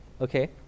okay